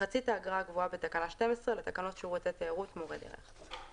מחצית האגרה הקבועה בתקנה 12 לתקנות שירותי תיירות (מורי דרך).